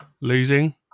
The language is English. losing